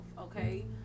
okay